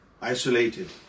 isolated